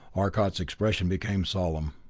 arcot's expression became solemn.